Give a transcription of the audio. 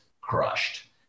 crushed